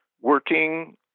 working